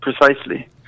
Precisely